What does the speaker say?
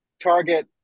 target